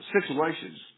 situations